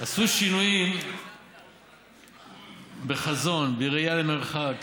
הם עשו שינויים בחזון, בראייה למרחק,